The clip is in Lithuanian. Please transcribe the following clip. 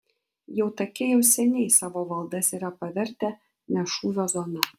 jautakiai jau seniai savo valdas yra pavertę ne šūvio zona